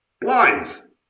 blinds